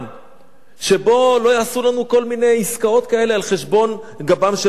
שבו לא יעשו לנו כל מיני עסקאות כאלה על גבם של תלמידים.